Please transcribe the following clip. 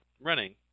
running